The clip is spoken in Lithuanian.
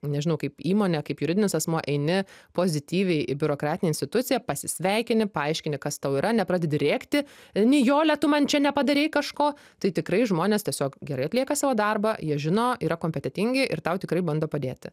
nežinau kaip įmonė kaip juridinis asmuo eini pozityviai į biurokratinę instituciją pasisveikini paaiškini kas tau yra nepradedi rėkti nijole tu man čia nepadarei kažko tai tikrai žmonės tiesiog gerai atlieka savo darbą jie žino yra kompetentingi ir tau tikrai bando padėti